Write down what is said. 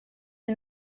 you